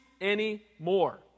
anymore